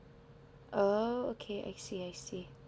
oh okay I see I see